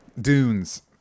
Dunes